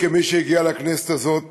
כמי שהגיע לכנסת הזאת